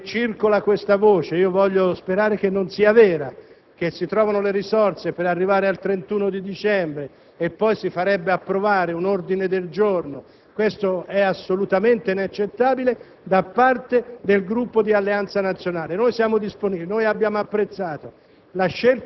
- circola questa voce, voglio sperare che non sia vera - che si trovino le risorse fino al 31 dicembre, poi si farebbe approvare un ordine del giorno. Questo è assolutamente inaccettabile per il Gruppo di Alleanza Nazionale. Noi siamo disponibili ed abbiamo apprezzato